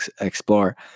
explore